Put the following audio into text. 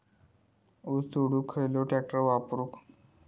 ऊस तोडुक खयलो ट्रॅक्टर वापरू?